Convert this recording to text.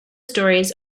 stories